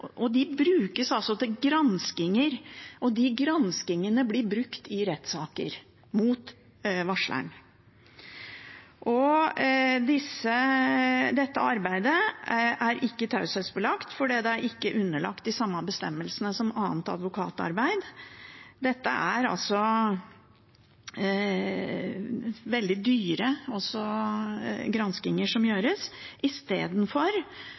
for de ansatte. De brukes til granskninger, og granskningene blir brukt i rettssaker mot varsleren. Dette arbeidet er ikke taushetsbelagt, for det er ikke underlagt de samme bestemmelsene som annet advokatarbeid. Dette er altså veldig dyre granskninger som